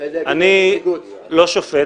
אני לא שופט